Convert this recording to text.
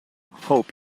hope